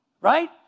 right